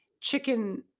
chicken